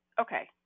okay